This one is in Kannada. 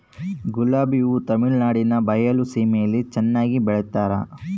ಗುಲಾಬಿ ಹೂ ತಮಿಳುನಾಡಿನ ಬಯಲು ಸೀಮೆಯಲ್ಲಿ ಚೆನ್ನಾಗಿ ಬೆಳಿತಾರ